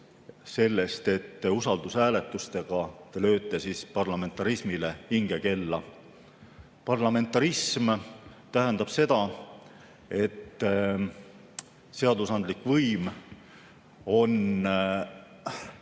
sellest, et usaldushääletustega lööte te parlamentarismile hingekella. Parlamentarism tähendab seda, et seadusandlik võim on